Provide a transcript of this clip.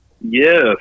Yes